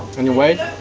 and you wait.